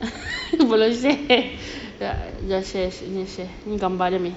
belum share ya ya share share ni gambar dia ni